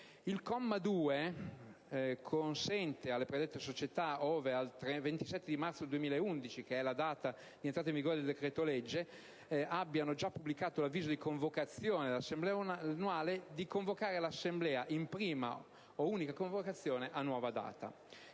Il comma 2 consente alle predette società, ove al 27 marzo 2011 (data di entrata in vigore del decreto-legge) abbiano già pubblicato l'avviso di convocazione dell'assemblea annuale, di convocare l'assemblea in prima o unica convocazione a nuova data.